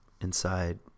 inside